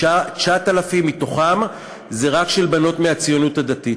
9,000 מתוכם הם רק של בנות מהציונות הדתית.